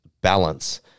balance